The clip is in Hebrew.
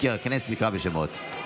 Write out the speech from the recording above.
מזכיר הכנסת יקרא בשמות.